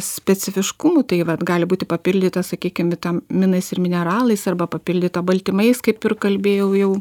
specifiškumu taip vat gali būti papildyta sakykim vitaminais ir mineralais arba papildyta baltymais kaip ir kalbėjau jau